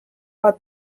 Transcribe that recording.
bat